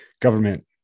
government